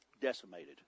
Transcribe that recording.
decimated